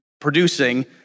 producing